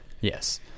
Yes